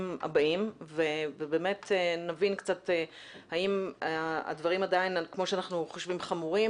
הבאים ובאמת נבין קצת האם הדברים עדיין כמו שאנחנו חושבים חמורים,